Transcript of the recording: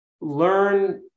Learn